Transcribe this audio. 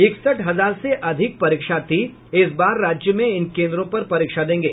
इकसठ हजार से अधिक परीक्षार्थी इस बार राज्य में इन केन्द्रों पर परीक्षा देंगे